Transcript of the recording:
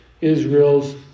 Israel's